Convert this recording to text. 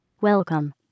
Welcome